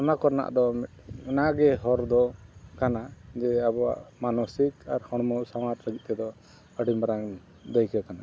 ᱚᱱᱟ ᱠᱚᱨᱮᱱᱟᱜ ᱫᱚ ᱚᱱᱟᱜᱮ ᱦᱚᱨ ᱫᱚ ᱠᱟᱱᱟ ᱡᱮ ᱟᱵᱚᱣᱟᱜ ᱢᱟᱱᱚᱥᱤᱠ ᱟᱨ ᱦᱚᱲᱢᱚ ᱥᱟᱶᱟᱨ ᱞᱟᱹᱜᱤᱫ ᱛᱮᱫᱚ ᱟᱹᱰᱤ ᱢᱟᱨᱟᱝ ᱫᱟᱹᱭᱠᱟᱹ ᱠᱟᱱᱟ